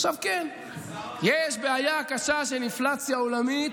עכשיו, כן, יש בעיה קשה של אינפלציה עולמית,